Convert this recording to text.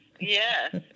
yes